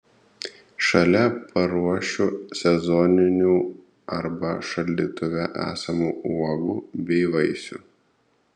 šalia paruošiu sezoninių arba šaldytuve esamų uogų bei vaisių